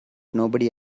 nobody